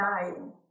dying